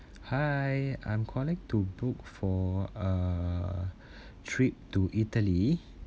hi I'm calling to book for a trip to italy